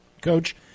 Coach